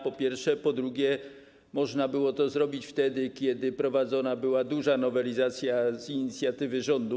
Po drugie, można było to zrobić wtedy, kiedy prowadzona była duża nowelizacja z inicjatywy rządu.